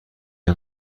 این